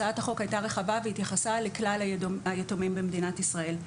הצעת החוק הייתה רחבה והתייחסה לכלל היתומים במדינת ישראל.